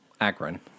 Akron